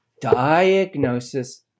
diagnosis